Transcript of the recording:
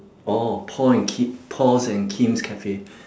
oh paul and kei~ paul's and kim's cafe